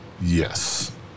Yes